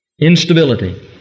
Instability